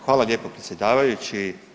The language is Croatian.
Hvala lijepo predsjedavajući.